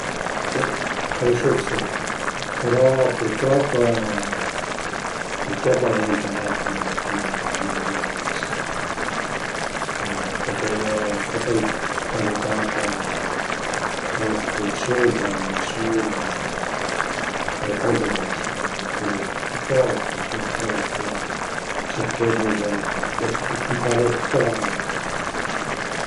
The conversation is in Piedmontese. Si pensu d'si, però pürtrop, pütrop al e nen parei cume cume a dëvrìa ese e perché a ie tropa disparità tra la pupulasiun, tra le nasiun, a ie, a ie tanta diversità, a ie cul li pi pover, cul li però ventarìa cerché dë dë d'ecuiparé tüta la situasiun